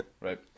Right